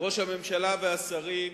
ראש הממשלה והשרים,